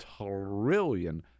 trillion